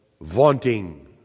vaunting